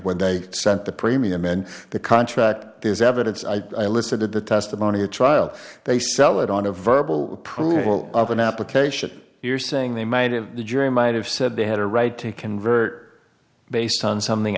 when they sent the premium and the contract is evidence i elicited the testimony a trial they sell it on a verbal approval of an application you're saying they might have the jury might have said they had a right to convert based on something